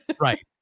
right